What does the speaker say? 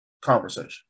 conversation